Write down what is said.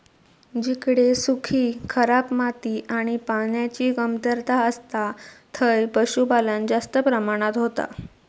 जिकडे सुखी, खराब माती आणि पान्याची कमतरता असता थंय पशुपालन जास्त प्रमाणात होता